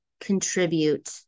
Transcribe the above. contribute